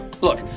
Look